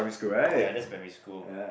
ya that's primary school